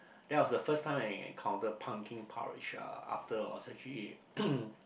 that was the first time I encounter pumpkin porridge uh after I was actually